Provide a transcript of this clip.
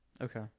Okay